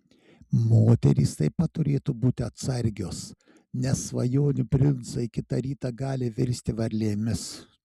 moterys taip pat turėtų būti atsargios nes svajonių princai kitą rytą gali virsti varlėmis